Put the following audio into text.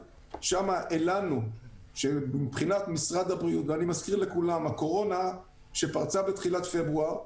ואני מזכיר לכולם שהקורונה פרצה בתחילת פברואר.